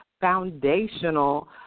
foundational